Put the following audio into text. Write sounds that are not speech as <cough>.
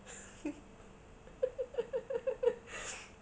<laughs>